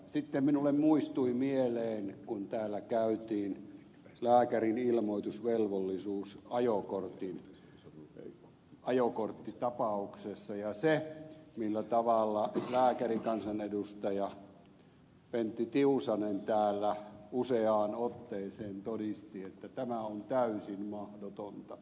sitten minulle muistui mieleen se kun täällä käytiin keskustelua lääkärin ilmoitusvelvollisuudesta ajokorttitapauksessa ja se millä tavalla lääkärikansanedustaja pentti tiusanen täällä useaan otteeseen todisti että tämä on täysin mahdotonta